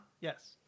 Yes